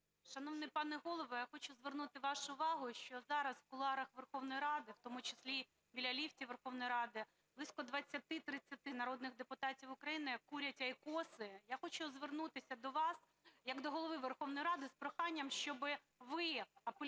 Шановний пане Голово! Я хочу звернути вашу увагу, що зараз в кулуарах Верховної Ради, в тому числі біля ліфтів Верховної Ради, близько 20-30 народних депутатів України курять айкоси. Я хочу звернутися до вас як до Голови Верховної Ради з проханням, щоб ви апелювали